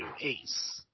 Ace